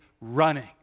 running